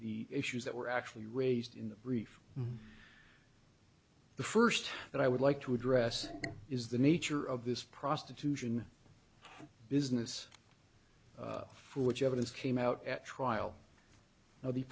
the issues that were actually raised in the brief the first that i would like to address is the nature of this prostitution business for which evidence came out at trial now the